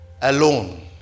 alone